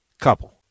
couple